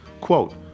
Quote